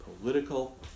political